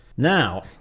Now